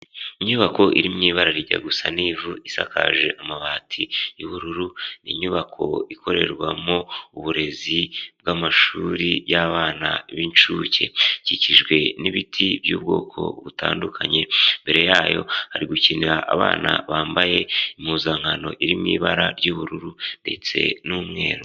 Inyubako irimo ibara rijya gusa n'ivu isakaje amabati y'ubururu. Inyubako ikorerwamo uburezi bw'amashuri y'abana b'inshuke. Ikikijwe n'ibiti by'ubwoko butandukanye. Imbere yayo hari gukinira abana bambaye impuzankano iri mu ibara ry'ubururu ndetse n'umweru.